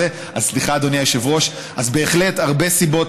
אז סליחה,